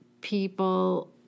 people